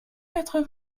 quatre